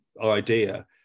idea